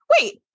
wait